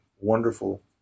wonderful